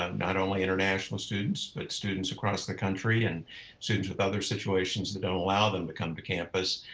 not only international students but students across the country and students with other situations that don't allow them to come to campus.